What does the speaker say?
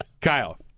Kyle